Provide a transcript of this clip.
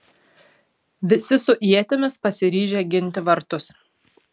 visi su ietimis pasiryžę ginti vartus